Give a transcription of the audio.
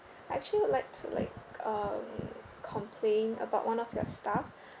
I actually would like to like um complain about one of your staff